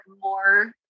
more